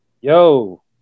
yo